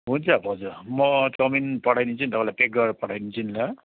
हुन्छ भाउजू म चाउमिन पठाइदिन्छु नि तपाईँलाई प्याक गरेर पठाइदिन्छु नि ल